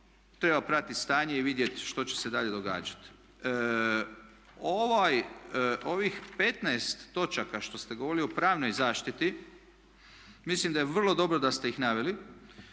treba pratiti stanje i vidjeti što će dalje događati. Ovih 15 točaka što ste govorili o pravnoj zaštiti mislim da je vrlo dobro da ste ih naveli.